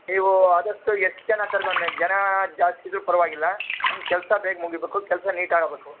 ನೀವು ಆದಷ್ಟು ಎಷ್ಟು ಜನ ಕರ್ಕೊಂಡು ಜನ ಜಾಸ್ತಿ ಇದ್ದರೂ ಪರವಾಗಿಲ್ಲ ನಮ್ಗೆ ಕೆಲಸ ಬೇಗ ಮುಗಿಯಬೇಕು ಕೆಲಸ ನೀಟಾಗಿ ಆಗಬೇಕು